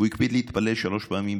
הוא הקפיד להתפלל שלוש פעמים ביום.